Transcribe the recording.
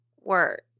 work